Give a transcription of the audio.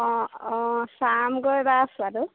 অঁ অঁ চামগৈ বাৰু চোৱাটো